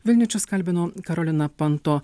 vilniečius kalbino karolina panto